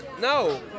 No